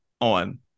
on